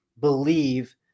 believe